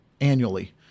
annually